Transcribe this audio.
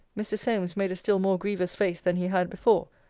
mr. solmes made a still more grievous face than he had before.